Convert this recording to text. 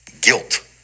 guilt